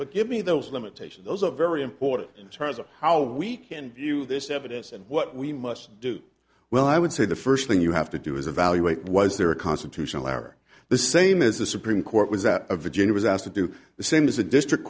but give me those limitations of very important in terms of how we can view this evidence and what we must do well i would say the first thing you have to do is evaluate was there a constitutional error the same as the supreme court was out of virginia was asked to do the same as a district